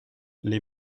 les